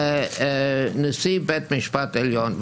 נשיא בית המשפט העליון.